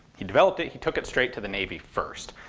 he developed it, he took it straight to the navy first.